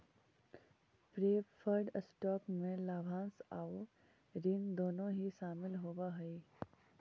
preferred stock में लाभांश आउ ऋण दोनों ही शामिल होवऽ हई